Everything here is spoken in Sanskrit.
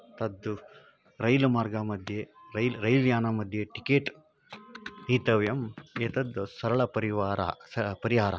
तद् रैल मार्गमध्ये रैल् रैल् यानमध्ये टिकेट् क्रेतव्यम् एतद् सरलपरिवारः सः परिहारः